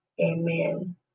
Amen